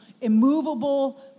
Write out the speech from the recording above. immovable